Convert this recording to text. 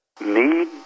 need